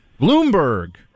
Bloomberg